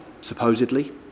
supposedly